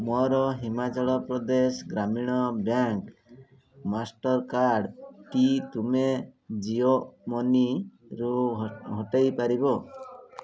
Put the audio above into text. ମୋର ହିମାଚଳ ପ୍ରଦେଶ ଗ୍ରାମୀଣ bank master କାର୍ଡ଼୍ଟି ତୁମେ ଜିଓ ମନିରୁ ହଟାଇ ପାରିବ